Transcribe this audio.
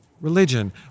religion